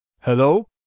Hello